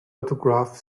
autograph